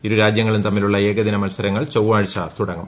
ഇരു രാജ്യങ്ങളും തമ്മിലുള്ള ഏകദിന മത്സരങ്ങൾ ചൊവ്വാഴ്ച തുടങ്ങും